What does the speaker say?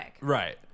Right